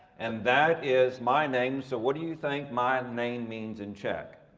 and that is my name. so, what do you think my and name means in czech?